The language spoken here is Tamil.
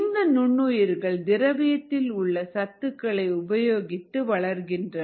இந்த நுண்ணுயிர்கள் திரவியத்தின் உள்ள சத்துகளை உபயோகித்து வளர்கின்றன